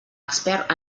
expert